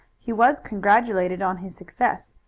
he was congratulated on his success,